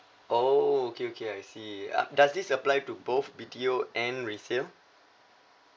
oh okay okay I see uh does this apply to both B T O and resale